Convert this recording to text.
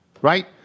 right